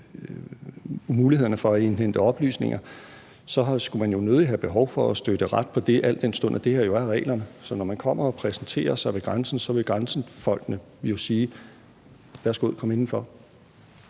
mulighederne for at indhente oplysninger, skulle man jo nødig have behov for at støtte ret på det, al den stund at det her er reglerne. Så når man kommer og præsenterer sig ved grænsen, vil grænsefolkene jo sige: Værsgo at komme indenfor.